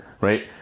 right